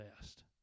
best